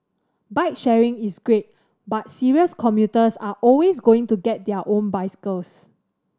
bike sharing is great but serious commuters are always going to get their own bicycles